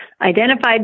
identified